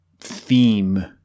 theme